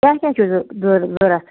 تۄہہِ کیٛاہ چھُ ضروٗرت